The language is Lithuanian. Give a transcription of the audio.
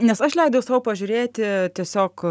nes aš leidau sau pažiūrėti tiesiog